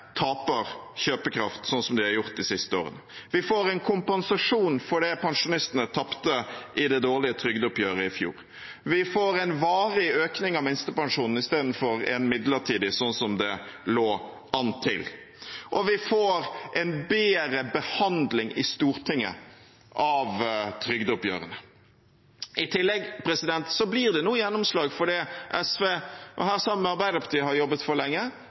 taper kjøpekraft, sånn som de har gjort de siste årene. Vi får en kompensasjon for det pensjonistene tapte i det dårlige trygdeoppgjøret i fjor. Vi får en varig økning av minstepensjonene istedenfor en midlertidig, sånn som det lå an til. Og vi får en bedre behandling i Stortinget av trygdeoppgjøret. I tillegg blir det nå gjennomslag for det SV sammen med Arbeiderpartiet har jobbet for lenge,